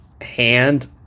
hand